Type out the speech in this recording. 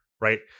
right